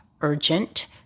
urgent